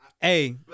Hey